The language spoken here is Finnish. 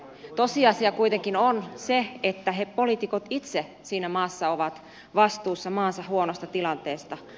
tosiasia kuitenkin on se että poliitikot itse siinä maassa ovat vastuussa maansa huonosta tilanteesta